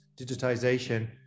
digitization